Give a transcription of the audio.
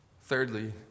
Thirdly